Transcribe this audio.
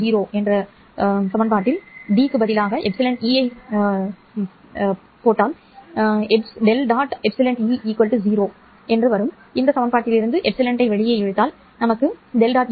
ε ́E¿0 இந்த சமன்பாட்டிலிருந்து ε இழுத்தல் எனக்கு V